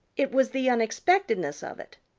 it was the unexpectedness of it.